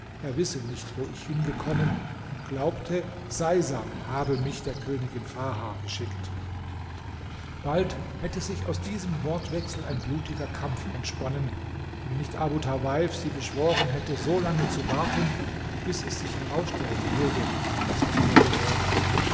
er wisse nicht wo ich hingekommen und glaubte seisam habe mich der königin farha geschickt bald hätte sich aus diesem wortwechsel ein blutiger kampf entsponnen wenn nicht abu tawaif sie beschworen hätte so lange zu warten bis es sich herausstellen würde was aus mir geworden